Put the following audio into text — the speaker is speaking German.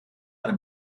eine